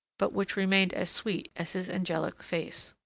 but which remained as sweet as his angelic face.